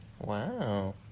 Wow